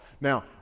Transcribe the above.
now